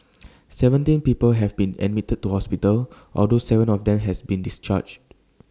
seventeen people have been admitted to hospital although Seven of them have been discharged